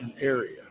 area